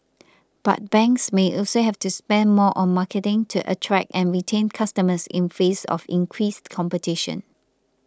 but banks may also have to spend more on marketing to attract and retain customers in face of increased competition